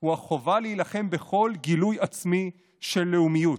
הוא החובה להילחם בכל גילוי עצמי של לאומיות,